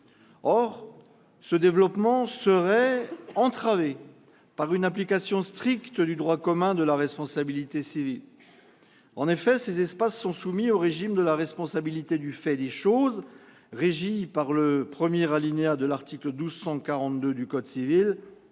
Or ce développement serait entravé par une application stricte du droit commun de la responsabilité civile. En effet, ces espaces sont soumis au régime de la responsabilité du fait des choses, régi par le premier alinéa de l'article 1242 du code civil,